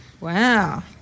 Wow